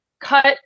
cut